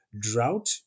drought